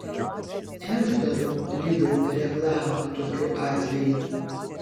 ir ne aš darau lidl reklamą tokiu atveju